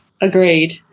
Agreed